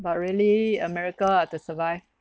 but really a miracle ah to survive